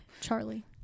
Charlie